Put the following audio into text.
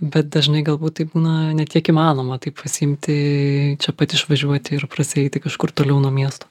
bet dažnai galbūt tai būna ne tiek įmanoma taip pasiimti čia pat išvažiuoti ir prasieiti kažkur toliau nuo miesto